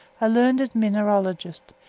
a learned mineralogist,